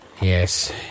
Yes